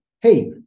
hey